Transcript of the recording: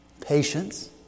patience